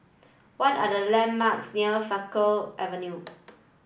what are the landmarks near Faculty Avenue